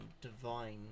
divine